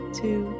two